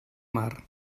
mar